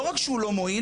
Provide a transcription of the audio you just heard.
לא רק שהוא לא מועיל,